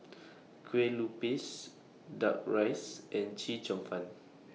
Kue Lupis Duck Rice and Chee Cheong Fun